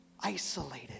isolated